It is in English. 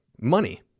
money